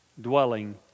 dwelling